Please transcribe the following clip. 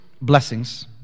blessings